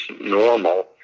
normal